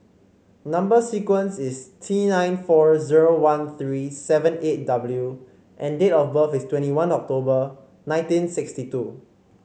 number sequence is T nine four zero one three seven eight W and date of birth is twenty one October nineteen sixty two